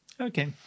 Okay